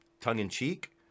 tongue-in-cheek